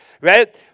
right